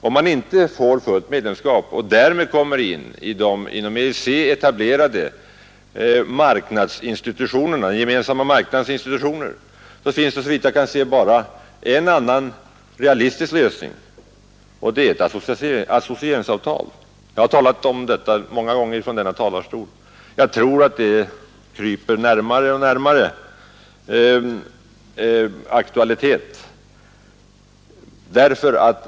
Om vi inte önskar fullt medlemskap och därmed kommer in i de inom EEC etablerade gemensamma marknadsinstitutionerna, finns såvitt jag kan se bara en annan realistisk lösning, och det är ett associeringsavtal. Detta har jag talat för många gånger från riksdagens talarstol, och jag tror att ett sådant avtal blir mer och mer aktuellt.